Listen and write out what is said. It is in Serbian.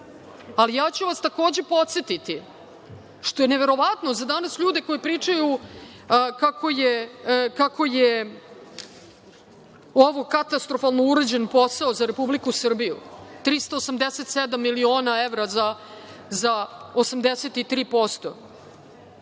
banke. Ja ću vas takođe podsetiti, što je neverovatno danas za ljude koji pričaju kako je ovo katastrofalno urađen posao za Republiku Srbiju, 387 miliona evra za 83%.